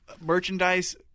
merchandise